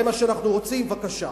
זה מה שאנחנו רוצים, בבקשה,